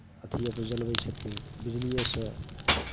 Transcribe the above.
अथिएपर जलबै छथिन बिजलिएसँ